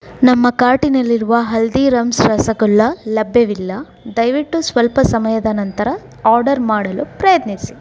ನಮ್ಮ ಕಾರ್ಟಿನಲ್ಲಿರುವ ಹಲ್ದೀರಾಮ್ಸ್ ರಸಗುಲ್ಲ ಲಭ್ಯವಿಲ್ಲ ದಯವಿಟ್ಟು ಸ್ವಲ್ಪ ಸಮಯದ ನಂತರ ಆರ್ಡರ್ ಮಾಡಲು ಪ್ರಯತ್ನಿಸಿ